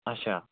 آچھا